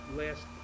last